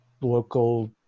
local